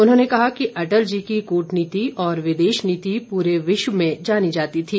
उन्होंने कहा कि अटल जी की कूटनीति और विदेश नीति पूरे विश्व में जानी जाती थी